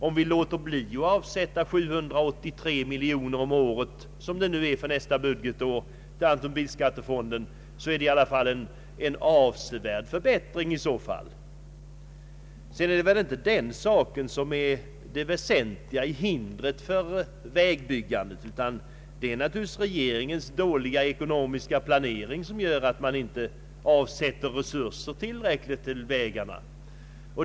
Om vi låter bli att avsätta 783 miljoner kronor i år till bilskattefonden, såsom föreslås för nästa budgetår, så skulle det bli en avsevärd förbättring. Det är alltså inte brist på medel som är det väsentliga hindret för vägbyggandet, utan det är regeringens dåliga ekonomiska planering som gör att man inte avsätter tillräckliga resurser till vägarna.